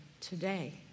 today